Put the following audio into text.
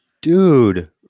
Dude